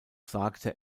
sagte